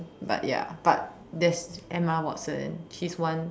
but ya but there's Emma Watson she's one